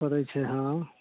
पड़ै छै हँ